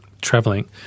traveling